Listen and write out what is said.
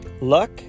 Luck